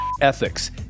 ethics